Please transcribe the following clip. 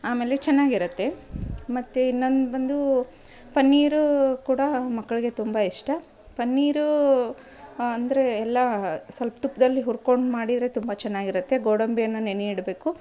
ಆಮೇಲೆ ಚೆನ್ನಾಗಿರತ್ತೆ ಮತ್ತೆ ಇನ್ನೊಂದು ಬಂದು ಪನ್ನೀರು ಕೂಡಾ ಮಕ್ಕಳಿಗೆ ತುಂಬ ಇಷ್ಟ ಪನ್ನೀರೂ ಅಂದರೆ ಎಲ್ಲ ಸ್ವಲ್ಪ್ ತುಪ್ಪದಲ್ಲಿ ಹುರ್ಕೊಂಡು ಮಾಡಿದರೆ ತುಂಬ ಚೆನ್ನಾಗಿರತ್ತೆ ಗೋಡಂಬಿಯನ್ನು ನೆನೆ ಇಡಬೇಕು